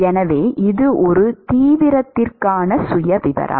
எனவே இது ஒரு தீவிரத்திற்கான சுயவிவரம்